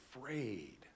afraid